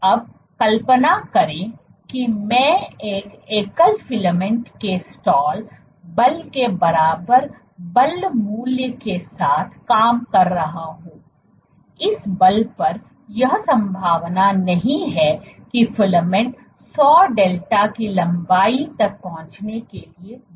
अब कल्पना करें कि मैं एक एकल फिलामेंट के स्टाल बल के बराबर बल मूल्य के साथ काम कर रहा हूं इस बल पर यह संभावना नहीं है कि फिलामेंट 100 डेल्टा की लंबाई तक पहुंचने के लिए बढ़ेगा